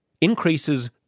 increases